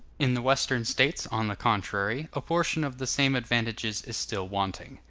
in the western states, on the contrary, a portion of the same advantages is still wanting.